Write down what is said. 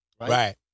Right